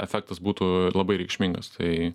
efektas būtų labai reikšmingas tai